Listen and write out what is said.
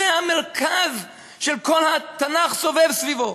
זה המרכז שכל התנ"ך סובב סביבו.